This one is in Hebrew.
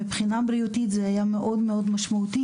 מבחינה בריאותית זה היה מאוד משמעותי